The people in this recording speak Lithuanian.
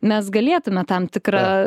mes galėtume tam tikra